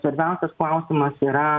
svarbiausias klausimas yra